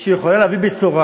כלשהי שיכולה להביא בשורה,